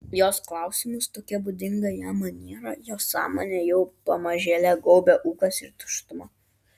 jos klausimus tokia būdinga jam maniera jo sąmonę jau pamažėle gaubė ūkas ir tuštuma